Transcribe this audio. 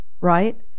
right